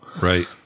Right